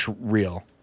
real